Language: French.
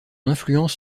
influence